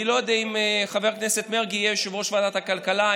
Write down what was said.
אני לא יודע אם חבר הכנסת מרגי יהיה יושב-ראש ועדת הכלכלה,